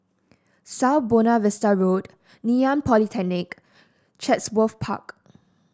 South Buona Vista Road Ngee Ann Polytechnic Chatsworth Park